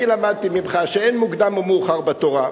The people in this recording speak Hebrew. אני למדתי ממך שאין מוקדם ומאוחר בתורה,